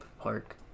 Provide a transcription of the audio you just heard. park